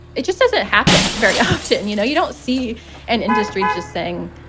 it just doesn't happen very often. and, you know, you don't see an industry just saying,